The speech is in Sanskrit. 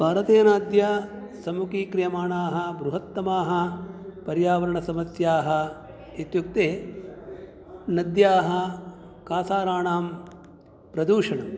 भारतेन अद्य सम्मुखीक्रियमाणाः बृहत्तमाः पर्यावरणसमस्याः इत्युक्ते नद्याः कासाराणां प्रदूषणं